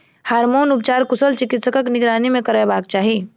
hormone उपचार कुशल चिकित्सकक निगरानी मे करयबाक चाही